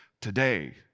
today